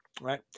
Right